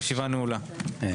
הישיבה ננעלה בשעה